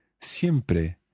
siempre